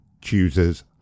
chooses